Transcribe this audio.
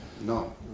No